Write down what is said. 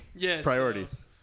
Priorities